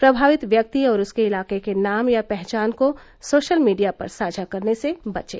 प्रभावित व्यक्ति और उसके इलाके के नाम या पहचान को सोशल मीडिया पर साझा करने से बचें